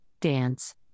Dance